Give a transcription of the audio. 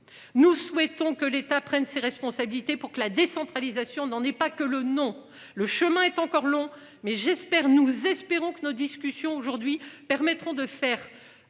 Nous souhaitons que l'État prenne ses responsabilités pour que la décentralisation n'en est pas que le nom. Le chemin est encore long mais j'espère, nous espérons que nos discussions aujourd'hui permettront de faire